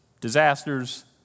disasters